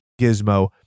gizmo